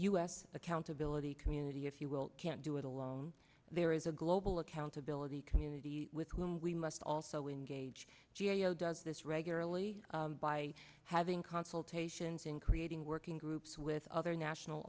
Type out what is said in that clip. s accountability community if you will can't do it alone there is a global accountability community with whom we must also engage geo does this regularly by having consultations in creating working groups with other national